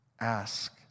ask